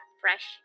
fresh